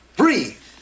breathe